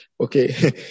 okay